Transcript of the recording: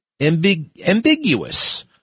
ambiguous